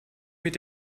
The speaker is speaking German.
mit